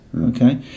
okay